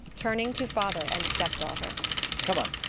turning to father and step-daughter come on!